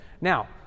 Now